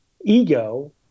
ego